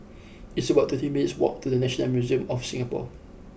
it's about twenty minutes' walk to the National Museum of Singapore